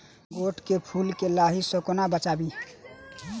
गोट केँ फुल केँ लाही सऽ कोना बचाबी?